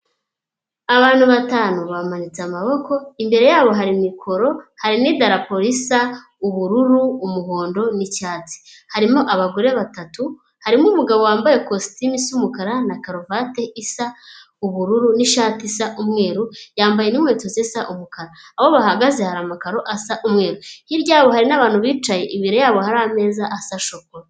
Abantu batanu bamanitse amaboko, imbere yabo hari mikoro, hari n'idarapo risa ubururu, umuhondo n'icyatsi. Harimo abagore batatu, harimo umugabo wambaye kositimu isa mukara na karuvati isa ubururu n'ishati isa umweru, yambaye n'inkweto zisa umukara. Aho bahagaze hari amakaro asa umweru, hirya yabo hari n'abantu bicaye, imbere yabo hari ameza asa shokora.